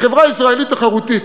החברה הישראלית תחרותית,